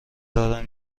دارم